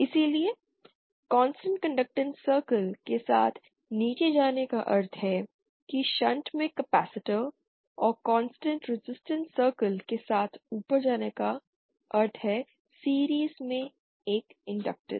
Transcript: इसलिए constant conductance circle के साथ नीचे जाने का अर्थ है कि शंट में कपैसिटर और कांस्टेंट रेजिस्टेंस सर्किल के साथ ऊपर जाने का अर्थ है सीरिज़ में एक इंडक्टैंस